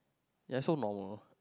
yeah so normal